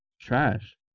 Trash